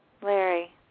Larry